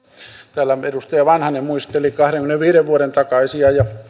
täällä edustaja vanhanen muisteli kahdenkymmenenviiden vuoden takaisia ja